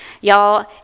y'all